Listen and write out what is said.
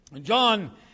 John